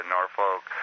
Norfolk